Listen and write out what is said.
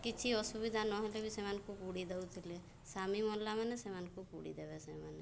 କିଛି ଅସୁବିଧା ନ ହେଲେ ବି ସେମାନଙ୍କୁ ପୋଡ଼ି ଦଉ ଥିଲେ ସ୍ୱାମୀ ମଲା ମାନେ ସେମାନଙ୍କୁ ପୋଡ଼ି ଦେବେ ସେମାନେ